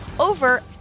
Over